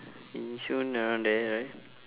yishun around there right